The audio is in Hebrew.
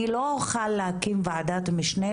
אני לא אוכל להקים וועדת משנה,